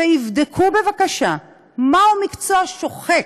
ויבדקו בבקשה מה הוא מקצוע שוחק,